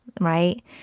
right